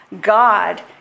God